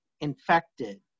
infected